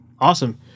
Awesome